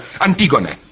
Antigone